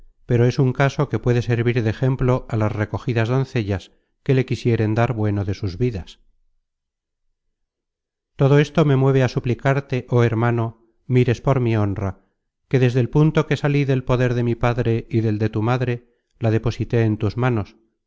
pero es un caso que puede servir de ejemplo a las recogidas doncellas que le quisieren dar bueno de sus vidas todo esto me mueve á suplicarte oh hermano mires por mi honra que desde el punto que salí del poder de mi padre y del de tu madre la deposité en tus manos